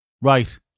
Right